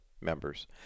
members